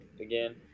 again